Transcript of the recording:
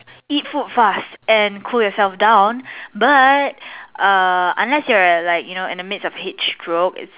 eat food fast and cool yourself down but err unless you are like you know in the midst of heat stroke it's